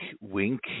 wink